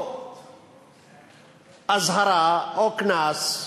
או אזהרה, או קנס,